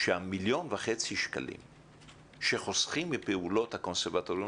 שה-1,500,000 ₪ שחוסכים מפעולות הקונסרבטוריון,